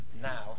now